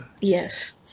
Yes